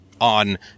on